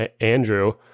Andrew